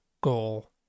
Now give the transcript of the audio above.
goal